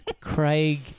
Craig